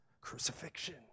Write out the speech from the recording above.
crucifixion